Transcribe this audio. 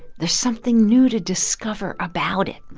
there's something new to discover about it.